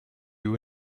you